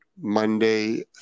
Monday